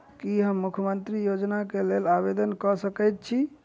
की हम मुख्यमंत्री योजना केँ लेल आवेदन कऽ सकैत छी?